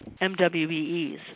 MWBEs